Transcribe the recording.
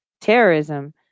terrorism